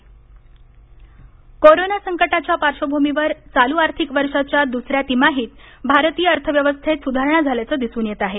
आर्थिक विकास दर कोरोना संकटाच्या पार्श्वभूमीवर चालू आर्थिक वर्षाच्या दुसऱ्या तिमाहीत भारतीय अर्थव्यवस्थेत सुधारणा झाल्याचं दिसून येत आहे